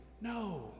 No